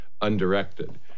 undirected